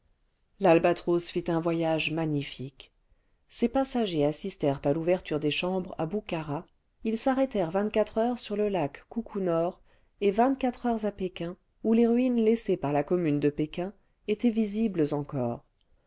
ualbatros fit un voyage magnifique ses passagers assistèrent à l'ouverture des chambres à boukhara ils s'arrêtèrent vingt-quatre heures sur le lac khou khou noor et vingt-quatre heures à pékin où les ruines laissées par la commune de pékin étaient visibles encore